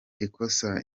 ikosa